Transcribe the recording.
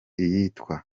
iyitwa